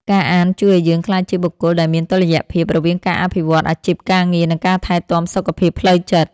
ការអានជួយឱ្យយើងក្លាយជាបុគ្គលដែលមានតុល្យភាព រវាងការអភិវឌ្ឍអាជីពការងារ និងការថែទាំសុខភាពផ្លូវចិត្ត។